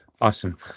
Awesome